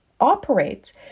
operates